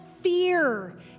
fear